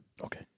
Okay